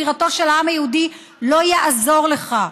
בירתו של העם היהודי: לא יעזור לך,